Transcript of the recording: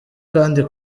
kandi